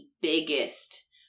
biggest